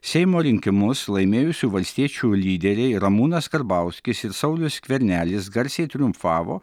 seimo rinkimus laimėjusių valstiečių lyderiai ramūnas karbauskis ir saulius skvernelis garsiai triumfavo